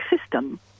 system